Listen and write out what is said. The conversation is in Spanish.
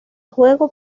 juego